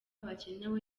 bakenewe